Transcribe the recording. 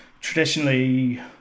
traditionally